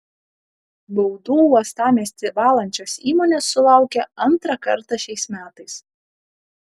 baudų uostamiestį valančios įmonės sulaukia antrą kartą šiais metais